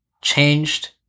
changed